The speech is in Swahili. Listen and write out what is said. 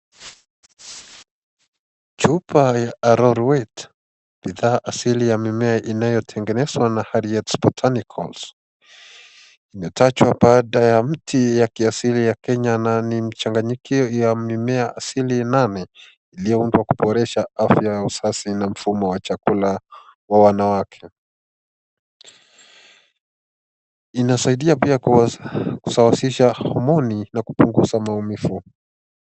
Chupa ya Arorwet, bidhaa asili ya mimea inayotengenezwa na Harriets Botanicals. Imetajwa baada ya mti ya kiasili ya Kenya na ni mchanganyiko ya mimea asili nane iliyoundwa kuboresha afya ya uzazi na mfumo wa chakula wa wanawake. Inasaidia pia kusawazisha homoni na kupunguza maumivu.